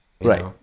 Right